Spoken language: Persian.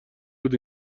بود